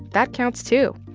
that counts, too.